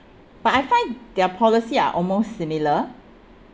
but I find their policy are almost similar